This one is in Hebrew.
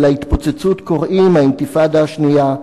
ולהתפוצצות קוראים האינתיפאדה השנייה,